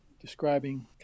describing